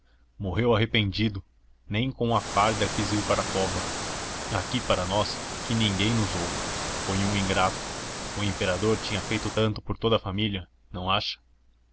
morreu arrependido nem com a farda quis ir para a cova aqui para nós que ninguém nos ouve foi um ingrato o imperador tinha feito tanto por toda a família não acha